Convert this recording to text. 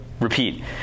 repeat